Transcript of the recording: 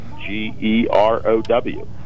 G-E-R-O-W